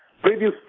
Previous